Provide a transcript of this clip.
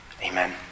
Amen